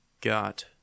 Got